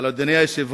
אבל, אדוני היושב-ראש,